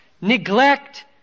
neglect